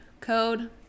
Code